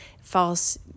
false